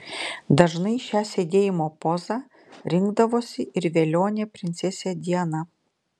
dažnai šią sėdėjimo pozą rinkdavosi ir velionė princesė diana